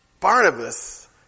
Barnabas